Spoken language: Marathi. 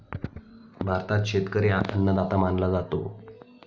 भारतात शेतकरी हा अन्नदाता मानला जातो